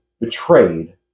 betrayed